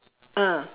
ah